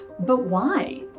but, why?